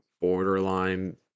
borderline